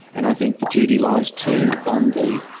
and i think the duty lies too, on the